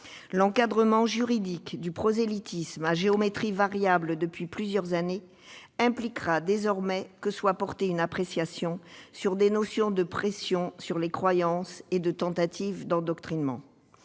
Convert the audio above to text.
L'encadrement juridique du prosélytisme, à géométrie variable depuis plusieurs années, impliquera désormais de porter une appréciation quant aux notions de pression sur les croyances et de tentative d'endoctrinement.